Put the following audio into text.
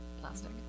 plastic